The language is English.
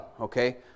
okay